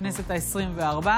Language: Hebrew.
חברת הכנסת אורלי פרומן,